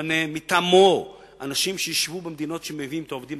ימנה מטעמו אנשים שישבו במדינות שמהן מביאים את העובדים